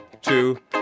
two